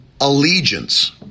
allegiance